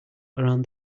around